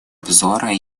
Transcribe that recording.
обзора